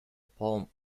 palm